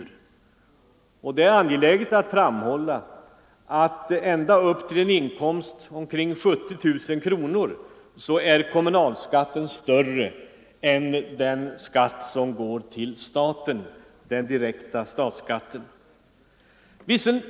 Det är därför angeläget framhålla att ända upp till en inkomst av omkring 70 000 kronor är kommunalskatten större än den direkta statsskatten.